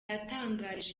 yatangarije